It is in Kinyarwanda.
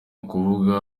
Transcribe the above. ukuvuga